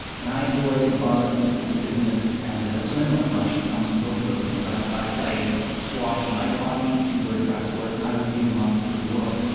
and i enjoy the buzz and the busyness, and the adrenaline rush that comes from both of those things. i play squash and ice hockey, two very fast sports, and i wouldn't give them up for the world.